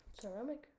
Ceramic